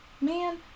man